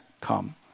come